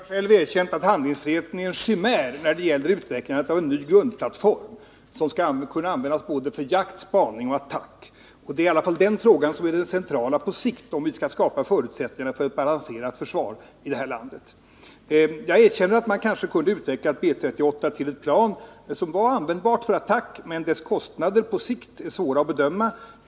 Herr talman! Per Unckel har själv erkänt att handlingsfriheten är en chimär när det gäller utvecklandet av en ny grundplattform, som skall kunna användas för både jakt, spaning och attack. Det är i varje fall den frågan som på sikt är den centrala, om vi skall kunna skapa förutsättningar för ett balanserat försvar i det här landet. Jag erkänner att man kanske kunde ha utvecklat B 38 till ett plan som var användbart för attack. Men kostnaderna på sikt är svåra att bedöma.